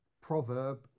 proverb